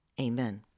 Amen